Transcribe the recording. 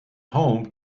home